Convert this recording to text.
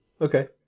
Okay